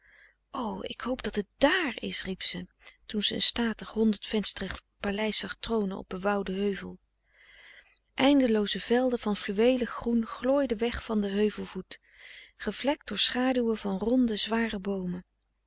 ik hoop dat het dààr is riep ze toen ze een statig honderd vensterig paleis zag tronen op bewoudden heuvel eindelooze velden van fluweelig groen glooiden weg van den heuvel voet gevlekt door schaduwen van ronde zware boomen